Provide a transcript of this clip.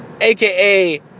aka